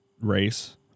race